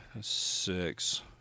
six